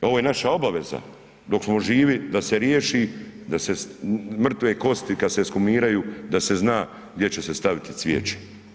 Ovo je naša obaveza, dok smo živi da se riješi, da se mrtve kosti kad se ekshumiraju da se zna gdje će se staviti cvijeće.